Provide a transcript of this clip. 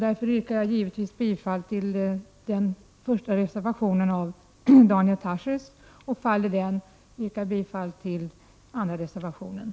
Därför yrkar jag givetvis bifall till den första reservationen av Daniel Tarschys, och faller den så yrkar jag bifall till reservation 2.